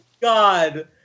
God